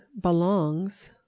belongs